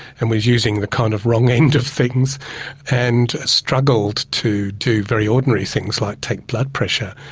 and was using the kind of wrong end of things and struggled to do very ordinary things like take blood pressure.